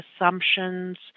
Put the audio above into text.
assumptions